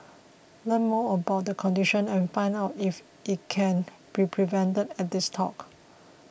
learn more about the condition and find out if it can be prevented at this talk